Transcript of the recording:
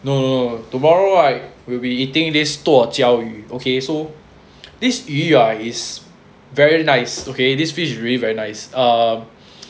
no tomorrow I will be eating this 剁椒鱼 okay so this 鱼 ah is very nice okay this fish very very nice uh